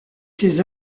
ces